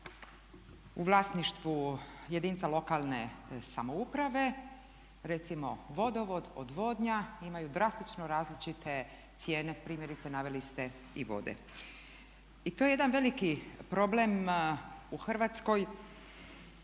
u vlasništvu jedinica lokalne samouprave, recimo vodovod, odvodnja imaju drastično različite cijene, primjerice naveli ste i vode. I to je jedan veliki problem u Hrvatskoj.